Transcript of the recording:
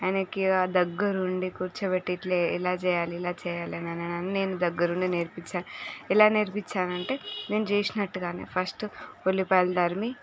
ఆయనకి దగ్గర ఉండి కూర్చోబెట్టి ఇట్లా ఏలా చేయాలి ఇలా చేయాలి అని నేను దగ్గర ఉండి నేర్పించాను ఎలా నేర్పించాను అంటే నేను చేసినట్టుగానే ఫస్ట్ ఉల్లిపాయలు తురిమి